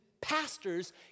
pastors